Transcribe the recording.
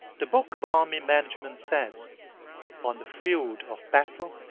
the book of army management says on the field of battle,